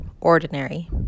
ordinary